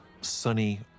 sunny